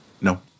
No